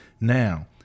Now